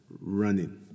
running